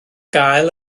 gael